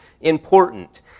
important